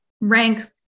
ranks